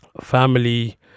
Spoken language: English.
family